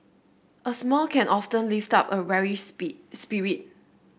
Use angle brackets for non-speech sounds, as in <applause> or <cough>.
a smile can often lift up a weary <unintelligible> spirit